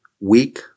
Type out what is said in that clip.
weak